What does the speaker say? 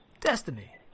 Destiny